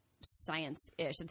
science-ish